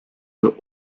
the